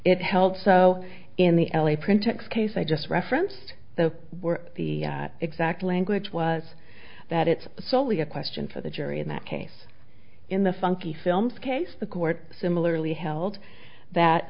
it held so in the l a print text case i just referenced the were the exact language was that it's solely a question for the jury in that case in the funky films case the court similarly held that